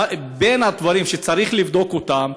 בין הדברים שצריך לבדוק אותם,